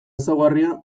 ezaugarria